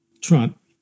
Trump